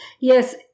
Yes